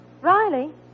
Riley